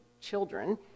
children